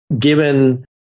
given